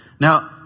Now